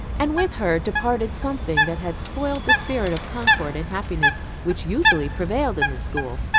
and with her departed something that had spoiled the spirit of concord and happiness which usually prevailed in the school.